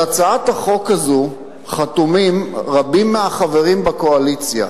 על הצעת החוק הזאת חתומים רבים מהחברים בקואליציה.